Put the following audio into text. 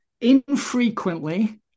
infrequently